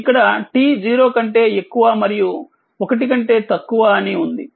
ఇక్కడ t 0 కంటే ఎక్కువ మరియు 1కంటే తక్కువ అని ఉంది